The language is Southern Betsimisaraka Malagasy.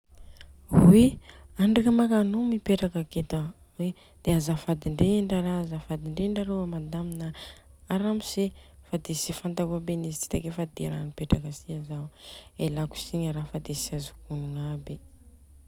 Andrika ma anô mipetra aketo an, oi de azafady indrindra ara azafady indrindra a Ramose na a Madamo fa de tsy fantako aby any izy ty takeo fa de ra nipetraka si Zao. Elako tsigny ara fa tsy azoko onogna aby.